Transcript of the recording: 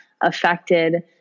affected